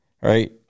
Right